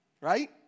right